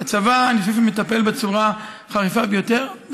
שאני חושב שהצבא מטפל בצורה חריפה ביותר,